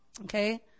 okay